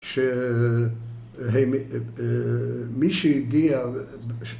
‫ש... מי שהגיע...